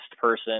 person